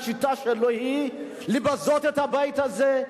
השיטה שלו היא לבזות את הבית הזה,